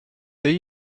they